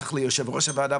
בטח ליושב ראש הוועדה,